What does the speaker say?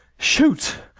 shoot!